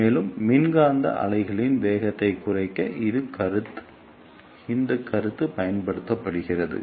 மேலும் மின்காந்த அலைகளின் வேகத்தை குறைக்க இந்த கருத்து பயன்படுத்தப்படுகிறது